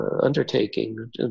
undertaking